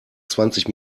zwanzig